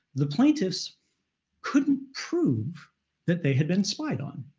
the plaintiffs couldn't prove that they had been spied on.